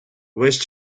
весь